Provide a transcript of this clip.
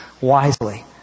wisely